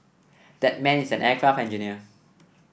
that man is an aircraft engineer